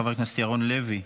חבר הכנסת ירון לוי,